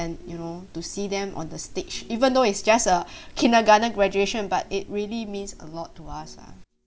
and you know to see them on the stage even though it's just a kindergarten graduation but it really means a lot to us ah